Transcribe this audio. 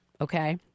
okay